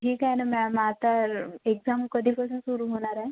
ठीक आहे ना मॅम आ तर एक्झाम कधीपासून सुरू होणार आहे